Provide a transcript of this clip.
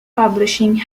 publishing